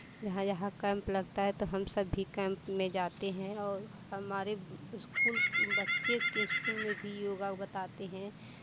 जहाँ जहाँ कैंप लगता है तो हम सब भी कैंप में जाते हैं और हमारे ब इस्कूल क बच्चे के इस्कूल में भी योगा ग बताते हैं